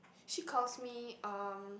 she calls me um